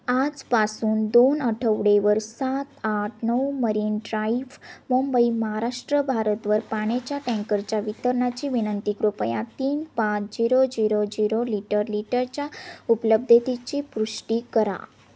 आजपासून दोन आठवड्यावर सात आठ नऊ मरीन ड्राईव्ह मुंबई महाराष्ट्र भारतवर पाण्याच्या टँकरच्या वितरणाची विनंती कृपया तीन पाच जिरो जिरो जिरो लिटर लिटरच्या उपलब्धतेची पुष्टी करा